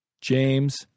James